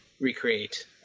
recreate